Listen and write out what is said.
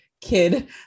kid